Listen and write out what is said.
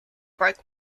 broke